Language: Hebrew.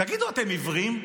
תגידו, אתם עיוורים?